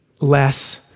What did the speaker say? less